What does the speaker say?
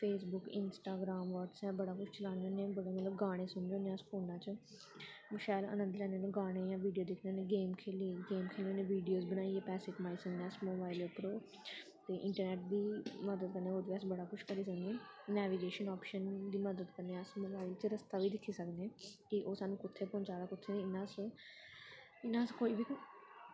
Facebook Instagram WhatsApp बड़ा कुछ चलान्ने होन्ने मतलब गाने सुनने होन्ने अस फोनै च गाने जां शैल अंनद लैन्ने होन्ने गाने जां वीडियो दिक्खने होन्ने गेम खेलियै खेलने होन्ने वीडियोस बनाइयै पैसे कमाई सकने अस मोबाइल उप्पर ते इंट्रनैट दी मदद कन्नै होर बी अस बड़ा किश करी सकने नैविगेशन ऑपशन दी मदद कन्नै अस मतलब एहदे च रस्ता बी दिक्खी सकने कि ओह् सानूं कु'त्थें पहुंचा दा ऐ कु'त्थें नेईं इ'यां अस इ'यां अस कोई बी